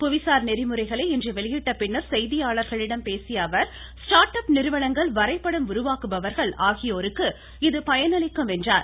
புவி சார் நெறிமுறைகளை இன்று வெளியிட்ட பின்னர் செய்தியாளர்களிடம் பேசிய அவர் ஸ்டாட் அப் நிறுவனங்கள் வரைபடம் உருவாக்குபவர்கள் ஆகியோருக்கு இது பயனளிக்கும் என்றார்